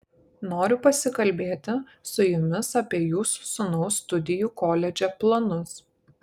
noriu pasikalbėti su jumis apie jūsų sūnaus studijų koledže planus